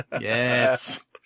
Yes